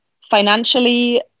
Financially